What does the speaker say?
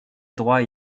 droits